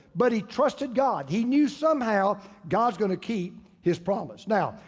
but he trusted god. he knew somehow god's gonna keep his promise. now,